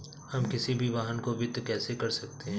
हम किसी भी वाहन को वित्त कैसे कर सकते हैं?